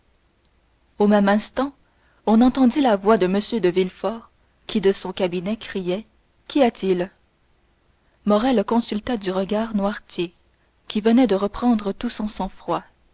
au même instant on entendit la voix de m de villefort qui de son cabinet criait qu'y a-t-il morrel consulta du regard noirtier qui venait de reprendre tout son sang-froid